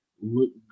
look